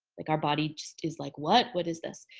like our body just is like, what what is this?